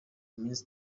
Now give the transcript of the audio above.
iminsi